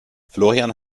florian